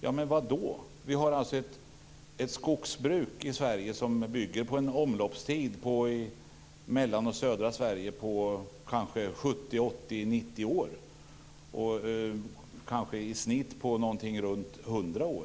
Men vi har i Mellansverige och i södra Sverige ett skogsbruk som har en omloppstid om kanske 70-90 år och totalt en omloppstid om kanske omkring 100 år.